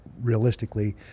realistically